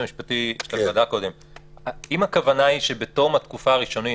אם הכוונה היא שבתום התקופה הראשונית